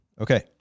Okay